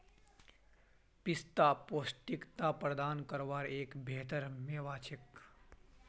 पिस्ता पौष्टिकता प्रदान कारवार एक बेहतर मेवा छे